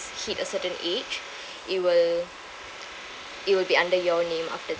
hit a certain age it will it will be under your name after that